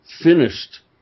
finished